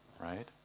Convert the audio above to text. right